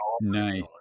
nice